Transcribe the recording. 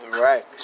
Right